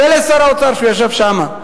ולשר האוצר שישב שם,